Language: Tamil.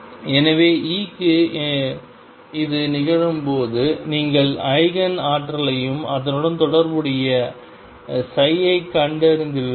எனவே E க்கு இது நிகழும்போது நீங்கள் ஈஜென் ஆற்றலையும் அதனுடன் தொடர்புடைய ஐ கண்டறிந்துள்ளீர்கள்